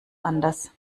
anders